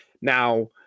Now